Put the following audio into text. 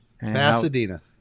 Pasadena